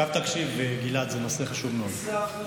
עכשיו תקשיב, גלעד, זה נושא חשוב מאוד.